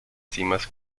cimas